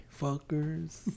fuckers